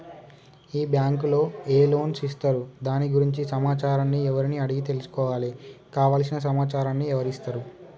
ఈ బ్యాంకులో ఏ లోన్స్ ఇస్తారు దాని గురించి సమాచారాన్ని ఎవరిని అడిగి తెలుసుకోవాలి? కావలసిన సమాచారాన్ని ఎవరిస్తారు?